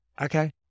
Okay